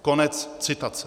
Konec citace.